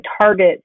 target